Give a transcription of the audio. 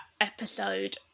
episode